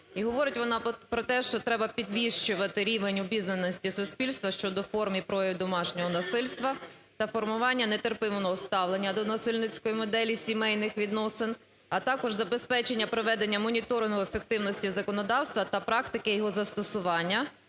І говорить вона про те, що треба підвищувати рівень обізнаності суспільства щодо форм і проявів домашнього насильства та формування нетерпимого ставлення до насильницької моделі сімейних відносин, а також забезпечення проведення моніторингу ефективності законодавства та практики його застосування